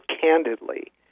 candidly